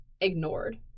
Ignored